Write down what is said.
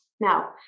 Now